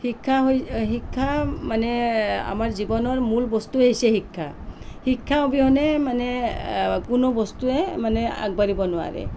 শিক্ষা হৈছে শিক্ষা মানে আমাৰ জীৱনৰ মূল বস্তুৱেই হৈছে শিক্ষা শিক্ষা অবিহনে মানে কোনো বস্তুৱেই মানে আগবাঢ়িব নোৱাৰে